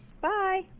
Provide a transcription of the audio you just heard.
Bye